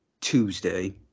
Tuesday